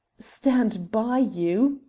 stand by you!